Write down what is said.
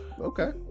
Okay